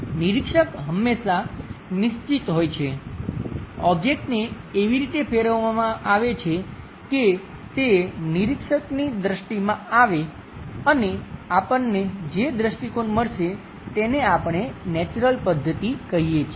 નિરીક્ષક હંમેશાં નિશ્ચિત હોય છે ઓબ્જેક્ટને એવી રીતે ફેરવવામાં આવે છે કે તે નિરીક્ષકની દૃષ્ટિમાં આવે અને આપણને જે દ્રષ્ટિકોણ મળશે તેને આપણે નેચરલ પદ્ધતિ કહીએ છીએ